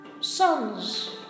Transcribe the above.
Sons